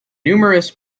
numerous